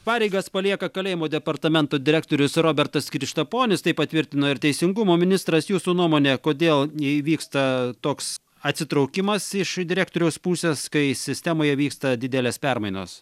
pareigas palieka kalėjimų departamento direktorius robertas krištaponis tai patvirtino ir teisingumo ministras jūsų nuomone kodėl įvyksta toks atsitraukimas iš direktoriaus pusės kai sistemoje vyksta didelės permainos